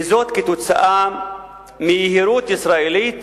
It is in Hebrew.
וזה בגלל יהירות ישראלית